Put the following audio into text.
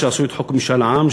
כשהכינו את חוק משאל עם,